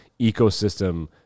ecosystem